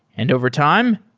and overtime,